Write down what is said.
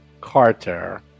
carter